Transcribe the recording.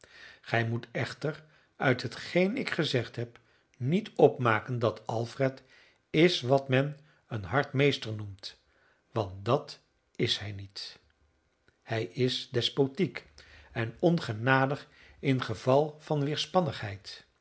gij moet echter uit hetgeen ik gezegd heb niet opmaken dat alfred is wat men een hard meester noemt want dat is hij niet hij is despotiek en ongenadig in geval van weerspannigheid